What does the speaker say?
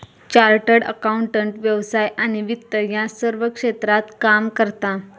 chartered accountant व्यवसाय आणि वित्त या सर्व क्षेत्रात काम करता